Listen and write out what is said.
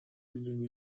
میدونی